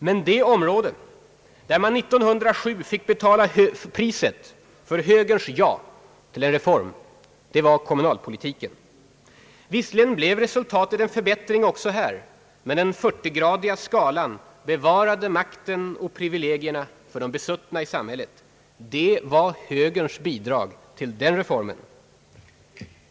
Men det område där man 1907 fick betala priset för högerns ja till en reform var kommunalpolitiken. Visserligen blev resultatet en förbättring också här, men den 40-gradiga skalan bevara / de makten och privilegierna för de be suttna i samhället. Det var högerns bi drag till den reformen.